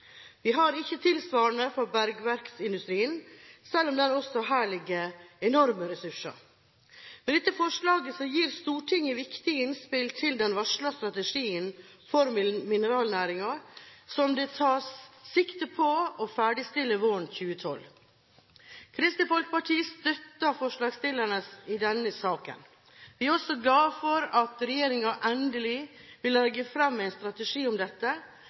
Vi har ikke tilsvarende for bergverksindustrien, selv om det også her ligger enorme ressurser. Med dette forslaget gir Stortinget viktige innspill til den varslede strategien for mineralnæringen, som det tas sikte på å ferdigstille våren 2012. Kristelig Folkeparti støtter forslagsstillerne i denne saken. Vi er også glad for at regjeringen endelig vil legge fram en strategi om dette,